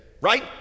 right